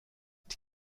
die